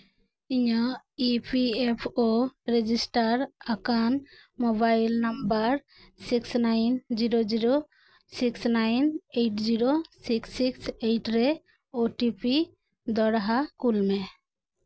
ᱤᱧᱟᱹᱜ E P F O register ᱟᱠᱟᱱ mobile number six nine zero zero six nine eight zero six six eight ᱨᱮ OTP ᱫᱚᱦᱲᱟ ᱠᱳᱞ ᱢᱮ